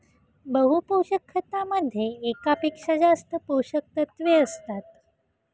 बहु पोषक खतामध्ये एकापेक्षा जास्त पोषकतत्वे असतात